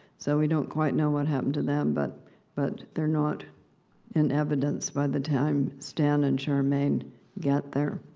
so, we don't quite know what happened to them. but but they're not in evidence by the time stan and charmaine get there.